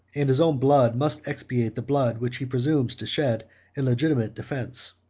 and his own blood must expiate the blood which he presumes to shed in legitimate defence.